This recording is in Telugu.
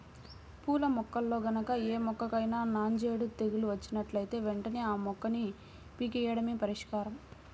పూల మొక్కల్లో గనక ఏ మొక్కకైనా నాంజేడు తెగులు వచ్చినట్లుంటే వెంటనే ఆ మొక్కని పీకెయ్యడమే పరిష్కారం